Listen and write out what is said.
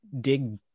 dig